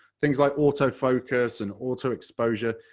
things like auto-focus and auto-exposure,